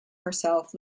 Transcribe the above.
herself